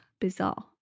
Bizarre